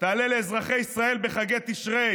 תעלה לאזרחי ישראל בחגי תשרי